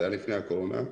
זה היה לפני הקורונה,